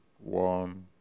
one